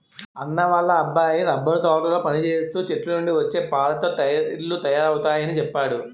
అన్నా వాళ్ళ అబ్బాయి రబ్బరు తోటలో పనిచేస్తూ చెట్లనుండి వచ్చే పాలతో టైర్లు తయారవుతయాని చెప్పేడు